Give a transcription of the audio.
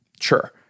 Sure